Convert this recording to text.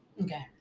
Okay